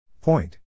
Point